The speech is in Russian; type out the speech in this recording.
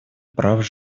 прав